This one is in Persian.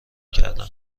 کردن